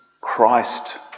Christ